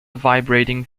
vibrating